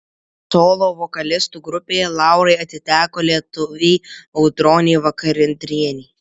solo vokalistų grupėje laurai atiteko lietuvei audronei vakarinienei